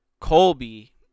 Colby